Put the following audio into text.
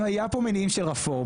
אם היו כאן מניעים של רפורמה,